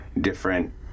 different